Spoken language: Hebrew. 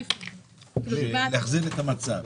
כדי להחזיר את המצב.